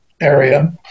area